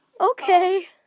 Okay